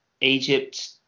Egypt